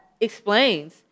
explains